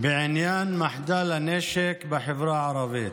בעניין מחדל הנשק בחברה הערבית.